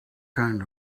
kind